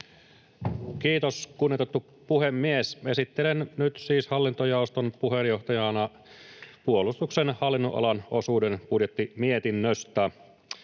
Kiitos, kunnioitettu puhemies! Esittelen nyt siis hallintojaoston puheenjohtajana puolustuksen hallinnonalan osuuden budjettimietinnöstä.